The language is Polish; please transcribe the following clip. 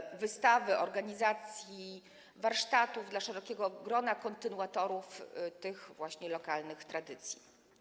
Chodzi o wystawy, organizację warsztatów dla szerokiego grona kontynuatorów tych właśnie lokalnych tradycji.